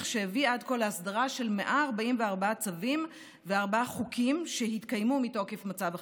שהביא עד כה להסדרה של 144 צווים וארבעה חוקים שהתקיימו מתוקף מצב החירום,